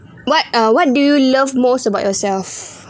what uh what do you love most about yourself